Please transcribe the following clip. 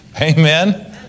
Amen